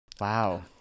wow